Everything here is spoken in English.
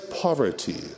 poverty